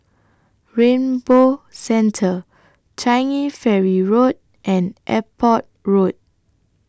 Rainbow Centre Changi Ferry Road and Airport Road